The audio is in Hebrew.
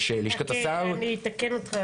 אני אתקן אותך,